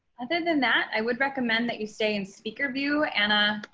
other than that, i would recommend that you stay in speaker view, anna.